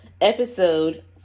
episode